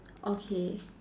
okay